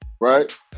right